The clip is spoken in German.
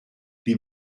die